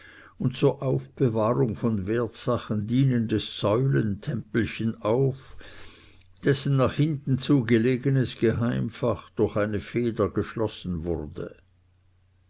und zur aufbewahrung von wertsachen dienendes säulentempelchen auf dessen nach hinten zu gelegenes geheimfach durch eine feder geschlossen wurde